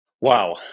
Wow